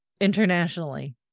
internationally